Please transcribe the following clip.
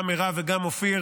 גם מירב וגם אופיר